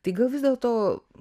tai gal vis dėlto